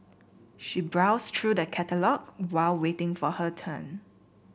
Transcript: she browsed through the catalogue while waiting for her turn